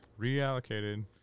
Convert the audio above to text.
Reallocated